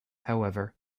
however